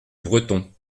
breton